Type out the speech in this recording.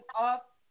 up